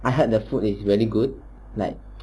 I heard the food is really good like